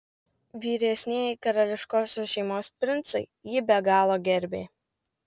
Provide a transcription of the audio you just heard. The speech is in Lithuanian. vyresnieji karališkosios šeimos princai jį be galo gerbė